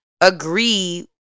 agree